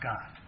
God